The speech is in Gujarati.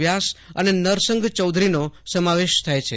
વ્યાસ અને નરસંગ ચૌધરીનો સમાવેસ થાય છે